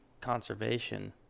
conservation